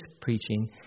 preaching